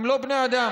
הם לא בני אדם.